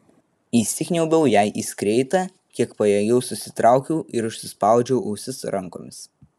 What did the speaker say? įsikniaubiau jai į skreitą kiek pajėgiau susitraukiau ir užsispaudžiau ausis rankomis